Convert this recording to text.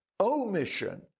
omission